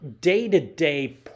day-to-day